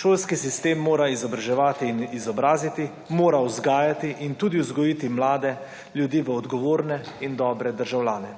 Šolski sistem mora izobraževati in izobraziti, mora vzgajati in tudi vzgojite mlade ljudi v odgovorne in dobre državljane.